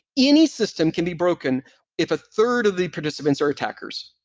any system can be broken if a third of the participants are attackers.